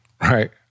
right